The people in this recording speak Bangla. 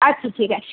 আচ্ছা ঠিক আছে